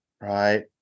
right